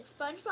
SpongeBob